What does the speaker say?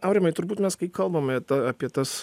aurimai turbūt mes kai kalbame apie tas